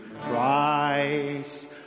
Christ